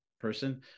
person